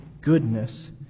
goodness